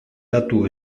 datu